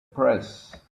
press